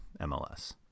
MLS